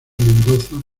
mendoza